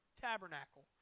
tabernacle